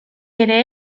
ere